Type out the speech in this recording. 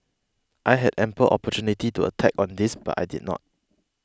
I had ample opportunity to attack on this but I did not